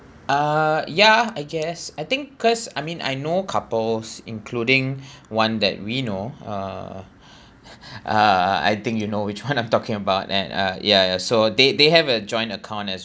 uh ya I guess I think cause I mean I know couples including one that we know uh uh I think you know which [one] I'm talking about and uh ya ya so they they have a joint account as